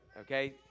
okay